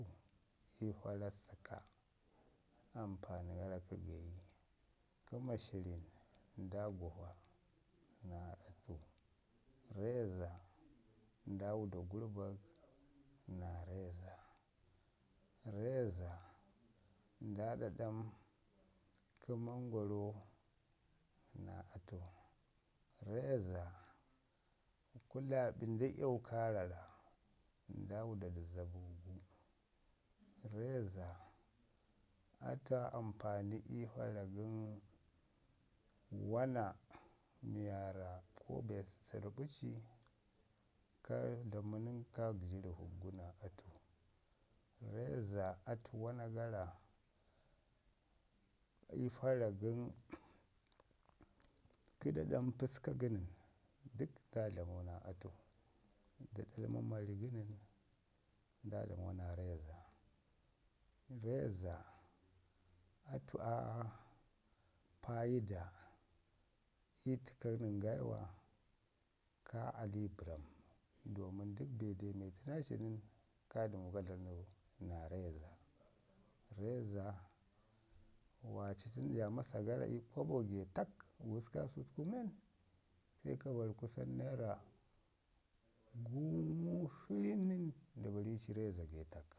ii fara səka, ampani gara gauyi kə mashirin nda guva naa atu. Rreza nda wuda gurbag naa rreza, rrezanda ɗaɗam mangoro naa atu, rreza, kulaɓi nda yawu kaarara nda wuda du zabangu, rreza, atu aa ampani i fara gən wana mi waarra ko be sərrɓi ci ka dlamu nən ka gəji rəvək gu naa atu. Rreza atu wana gara i faro gən, kə ɗaɗam pəska gənən dəg nda dlamau naa atu, nda dalnu mari gənən nda dlamo naa rreza. Rreza atu aa paida ii təka nəngaiwa ka alibərram domin dək be dametu naa ci nən ka dəmu ka dlamu du naa rreza. rreza waari tən ja masa gara ii kwabo getak, gusku kaasu təku men, se ka bari kusan neragumu shirin nən nda bari ci rreza getak